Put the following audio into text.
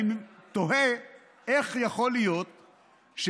אני תוהה איך יכול להיות שהמדינה,